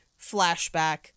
flashback